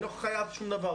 אני לא חייב שום דבר.